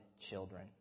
children